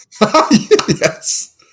Yes